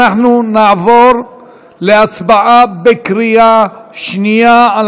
אנחנו נעבור להצבעה בקריאה שנייה על